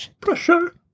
Pressure